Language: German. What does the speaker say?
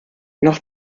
noch